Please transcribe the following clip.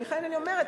לכן אני אומרת,